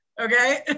Okay